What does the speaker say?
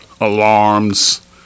alarms